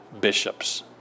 bishops